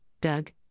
Doug